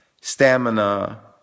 stamina